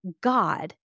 God